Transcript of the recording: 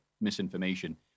Misinformation